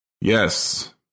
Yes